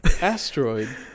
asteroid